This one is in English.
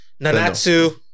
Nanatsu